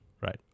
right